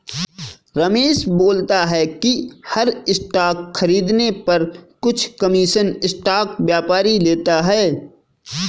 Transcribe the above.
रमेश बोलता है कि हर स्टॉक खरीदने पर कुछ कमीशन स्टॉक व्यापारी लेता है